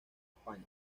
españa